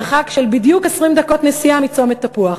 מרחק של בדיוק 20 דקות נסיעה מצומת תפוח